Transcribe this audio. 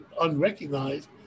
unrecognized